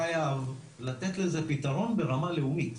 חייב לתת לזה פתרון ברמה לאומית.